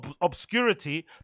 obscurity